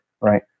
right